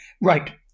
Right